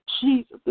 Jesus